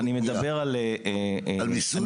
על מיסוי?